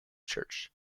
church